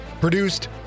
Produced